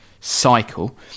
cycle